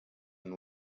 and